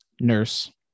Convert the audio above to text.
nurse